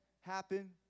happen